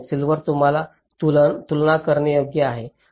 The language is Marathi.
7 सिल्वर तुलना करणे योग्य आहे